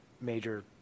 major